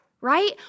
right